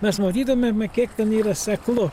mes matytumėme kiek ten yra seklu